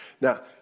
Now